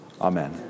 Amen